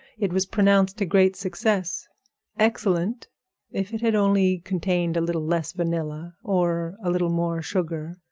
it was pronounced a great success excellent if it had only contained a little less vanilla or a little more sugar,